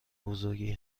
بزرگی